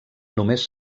només